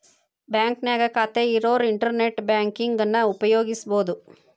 ಬಾಂಕ್ನ್ಯಾಗ ಖಾತೆ ಇರೋರ್ ಇಂಟರ್ನೆಟ್ ಬ್ಯಾಂಕಿಂಗನ ಉಪಯೋಗಿಸಬೋದು